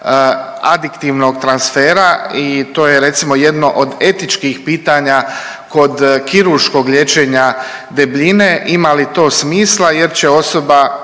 adiktivnog transfera i to je recimo jedno od etičkih pitanja kod kirurškog liječenja debljine, ima li to smisla jer će osoba